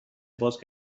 باز